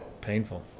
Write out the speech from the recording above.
painful